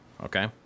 Okay